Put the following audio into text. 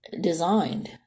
designed